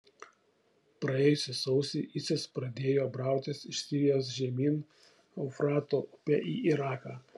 praėjusį sausį isis pradėjo brautis iš sirijos žemyn eufrato upe į iraką